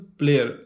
player